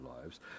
lives